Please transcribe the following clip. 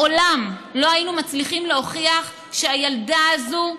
לעולם לא היינו מצליחים להוכיח שהילדה הזו,